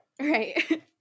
Right